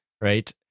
right